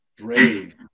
brave